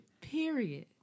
Period